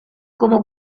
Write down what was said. como